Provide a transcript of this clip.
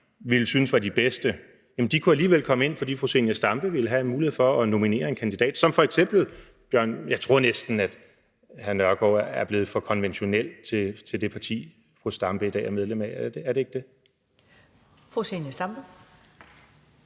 ville synes var de bedste, alligevel kunne komme ind, fordi fru Zenia Stampe ville have en mulighed for at nominere en kandidat som f.eks. hr. Bjørn Nørgaard. Jeg tror næsten, at hr. Nørgaard er blevet for konventionel til det parti, fru Stampe er medlem af – er han ikke det?